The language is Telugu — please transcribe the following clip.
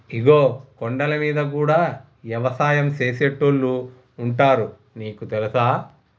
ఇగో కొండలమీద గూడా యవసాయం సేసేటోళ్లు ఉంటారు నీకు తెలుసా